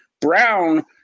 Brown